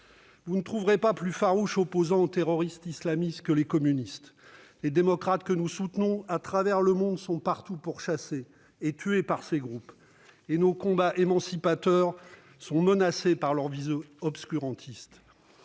Vous ne trouverez pas plus farouches opposants aux terroristes islamistes que les communistes. Les démocrates que nous soutenons à travers le monde sont partout pourchassés et tués par ces groupes. Nos combats émancipateurs sont menacés par leurs visées obscurantistes.